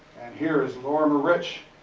and here is lorimer rich,